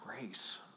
grace